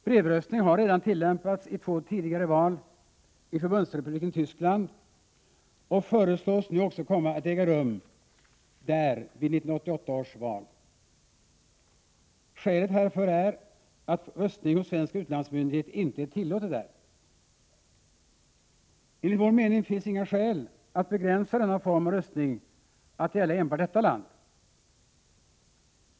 Brevröstning har redan tillämpats i två tidigare val i förbundsrepubliken Tyskland och föreslås nu också komma att äga rum där vid 1988 års val. Skälet härför är att röstning hos svensk utlandsmyndighet inte är tillåten där. Enligt vår mening finns inga skäl att begränsa denna form av röstning till att gälla enbart detta land.